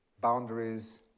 boundaries